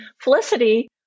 Felicity